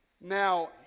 Now